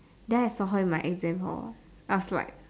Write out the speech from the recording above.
then I saw her in my exam hall I was like